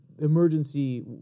emergency